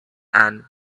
and